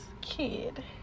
kid